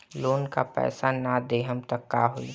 Loan का पैस न देहम त का होई?